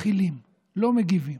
מכילים, לא מגיבים.